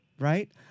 Right